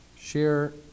share